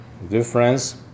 Difference